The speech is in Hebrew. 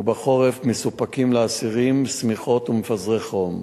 ובחורף מסופקים לאסירים שמיכות ומפזרי חום.